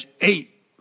eight